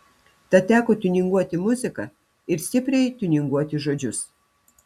tad teko tiuninguoti muziką ir stipriai tiuninguoti žodžius